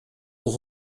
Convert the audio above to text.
aux